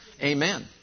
Amen